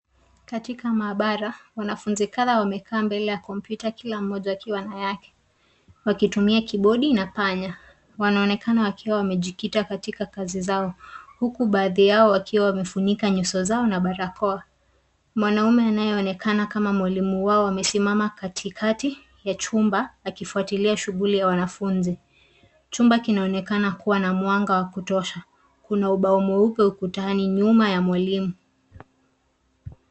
Katika maabara wanafunzi kadhaa wamekaa mbele ya kompyuta kila mmoja akiwa na yake wakitumia kibodi na panya ,wanaonekana wakiwa wamejikita katika kazi zao huku baadhi yao wakiwa wamefunika nyuso zao na barakoa ,mwanaume anayeonekana kama mwalimu wao amesimama katikati ya chumba akifuatilia shughuli ya wanafunzi chumba kinaonekana kuwa na mwanga wa kutosha kuna ubao mweupe ukutani nyuma ya mwalimu.